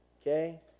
okay